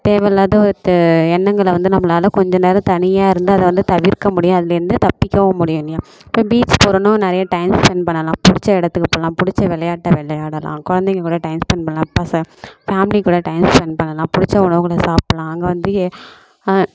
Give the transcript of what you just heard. தேவையில்லாத எண்ணங்களை வந்து நம்மளால் கொஞ்சம் நேரம் தனியாக இருந்தால் அதை வந்து தவிர்க்க முடியும் அதுலேருந்து தப்பிக்கவும் முடியும் இல்லையா இப்போ பீச் போறோன்னால் நிறைய டைம் ஸ்பெண்ட் பண்ணலாம் பிடிச்ச இடத்துக்கு போகலாம் பிடிச்ச விளையாட்ட விளையாடலாம் குழந்தைங்க கூட டைம் ஸ்பெண்ட் பண்ணலாம் பச ஃபேமிலி கூட டைம் ஸ்பெண்ட் பண்ணலாம் பிடிச்ச உணவுகளை சாப்பிட்லாம் அங்கே வந்து எ